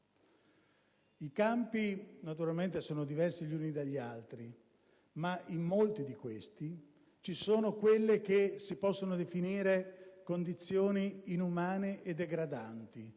Italia. Naturalmente sono diversi gli uni dagli altri, ma in molti di questi si verificano quelle che si possono definire condizioni inumane e degradanti,